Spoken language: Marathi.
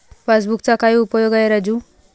पासबुकचा काय उपयोग आहे राजू?